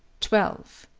twelve.